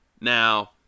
now